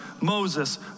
Moses